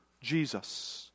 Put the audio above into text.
Jesus